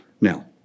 Now